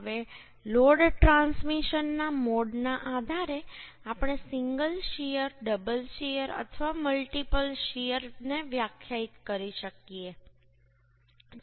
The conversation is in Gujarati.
હવે લોડ ટ્રાન્સમિશનના મોડના આધારે આપણે સિંગલ શીયર ડબલ શીયર અથવા મલ્ટિપલ શીયર ને વ્યાખ્યાયિત કરી શકીએ છીએ